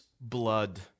blood